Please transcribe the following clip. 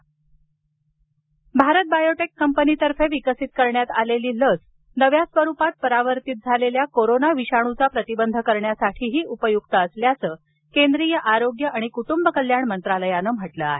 लस भारत बायोटेक कंपनीतर्फे विकसित करण्यात आलेली लस नव्या स्वरुपात परावर्तीत झालेल्या कोरोना विषाणूचा प्रतिबंध करण्यासाठीही उपयुक्त असल्याचं केंद्रीय आरोग्य आणि कुटुंब कल्याण मंत्रालयानं म्हटलं आहे